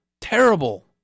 terrible